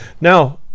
Now